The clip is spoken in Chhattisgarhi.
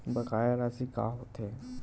बकाया राशि का होथे?